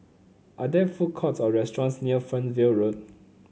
are there food courts or restaurants near Fernvale Road